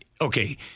okay